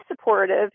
supportive